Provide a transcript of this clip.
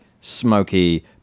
smoky